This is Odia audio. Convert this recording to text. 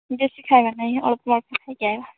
ବେଶୀ ଖାଇବା ନାହିଁ ଅଳ୍ପ ଅଳ୍ପ ଏକା ଖାଇବା